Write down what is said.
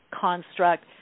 construct